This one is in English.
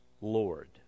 Lord